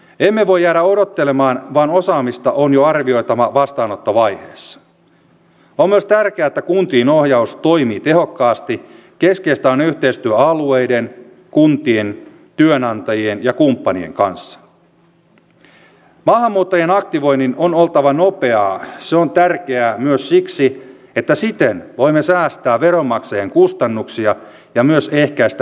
emme voi jäädä odottelemaan vaan osaamista on vartioitava vastaanottovaiheessa ole tärkeätä kuntiin ohjaus toimii tehokkaasti keskeistä on yhteistyö alueiden kuntien työnantajien ja tällä taas on peruspalvelujen näkökulmasta se merkitys että sihteerin voimin säästää veronmaksajien kustannuksia ja myös ehkäistä